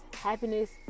happiness